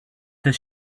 does